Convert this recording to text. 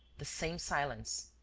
the same silence,